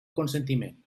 consentiment